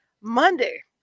Monday